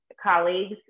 colleagues